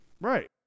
Right